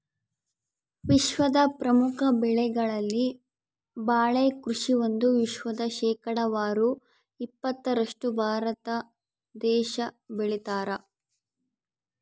ವಿಶ್ವದ ಪ್ರಮುಖ ಬೆಳೆಗಳಲ್ಲಿ ಬಾಳೆ ಕೃಷಿ ಒಂದು ವಿಶ್ವದ ಶೇಕಡಾವಾರು ಇಪ್ಪತ್ತರಷ್ಟು ಭಾರತ ದೇಶ ಬೆಳತಾದ